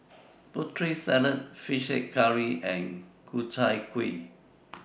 Putri Salad Fish Head Curry and Ku Chai Kuih